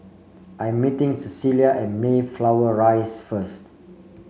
I am meeting Cecelia at Mayflower Rise first